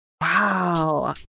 Wow